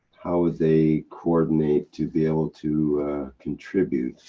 how they coordinate to be able to contribute.